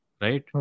Right